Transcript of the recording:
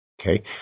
Okay